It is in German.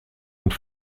und